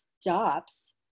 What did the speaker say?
stops